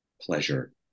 pleasure